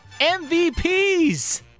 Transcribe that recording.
MVPs